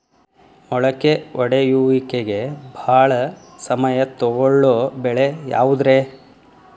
ಮೊಳಕೆ ಒಡೆಯುವಿಕೆಗೆ ಭಾಳ ಸಮಯ ತೊಗೊಳ್ಳೋ ಬೆಳೆ ಯಾವುದ್ರೇ?